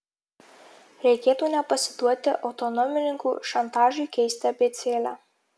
reikėtų nepasiduoti autonomininkų šantažui keisti abėcėlę